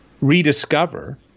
rediscover